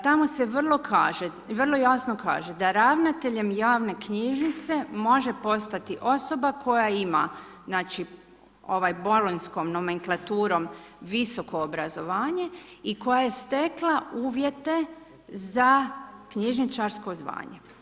Tamo se vrlo jasno kaže da ravnateljem javne knjižnice može postati osoba koja ima znači ovom bolonjskom nomenklaturom visoko obrazovanje i koja je stekla uvjete za knjižničarsko zvanje.